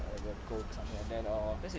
like a coke something like that or